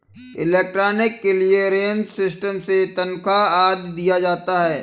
electronic clearance system से तनख्वा आदि दिया जाता है